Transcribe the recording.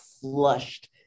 flushed